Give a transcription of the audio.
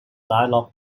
dialogue